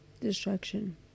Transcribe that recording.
Destruction